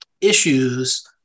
issues